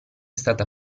stata